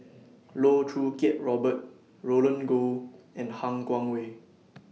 Loh Choo Kiat Robert Roland Goh and Han Guangwei